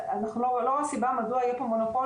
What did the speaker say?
לא רואה פה סיבה מדוע יהיה פה מונופול